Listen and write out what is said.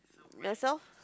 that's all